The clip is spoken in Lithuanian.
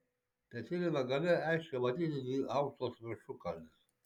pietiniame gale aiškiai matyti dvi aukštos viršukalnės